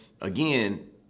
again